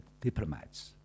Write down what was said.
diplomats